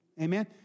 Amen